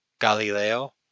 Galileo